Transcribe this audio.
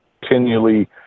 continually